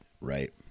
Right